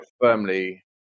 firmly